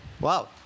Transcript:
Wow